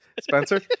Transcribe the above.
Spencer